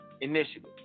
Initiative